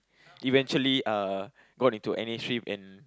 eventually uh got into N_A stream and